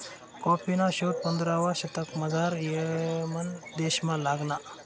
कॉफीना शोध पंधरावा शतकमझाऱ यमन देशमा लागना